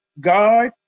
God